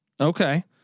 Okay